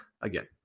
Again